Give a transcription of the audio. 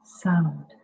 sound